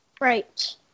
Right